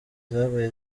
zabaye